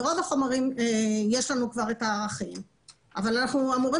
ברוב החומרים יש לנו כבר את הערכים אבל אנחנו אמורים